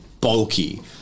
bulky